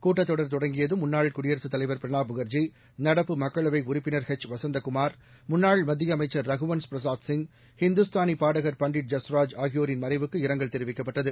கூட்டத்தொடர் தொடங்கியதும் முன்னாள் குடியரசுத் தலைவர் பிரணாப் முகர்ஜி நடப்பு மக்களவை உறுப்பினர் எச் வசந்தகுமார் முன்னாள் மத்திய அமைச்சள் ரகுவன்ஸ் பிரசாத் சிங் ஹிந்துஸ்தானி பாடகர் பண்டிட் ஜஸ்ராஜ் ஆகியோரின் மறைவுக்கு இரங்கல் தெரிவிக்கப்பட்டது